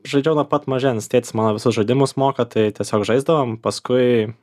žaidžiau nuo pat mažens tėtis mano visus žaidimus moka tai tiesiog žaisdavom paskui